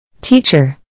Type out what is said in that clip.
Teacher